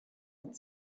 had